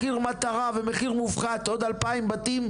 מחיר מטרה ומחיר מופחת עוד 2,000 בתים,